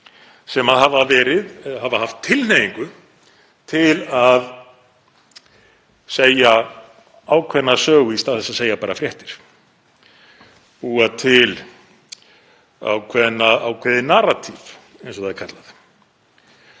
sem hafa haft tilhneigingu til að segja ákveðna sögu í stað þess að segja bara fréttir, búa til ákveðið „narratíf“, eins og það er kallað.